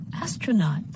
Astronaut